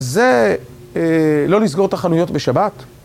זה לא לסגור את החנויות בשבת.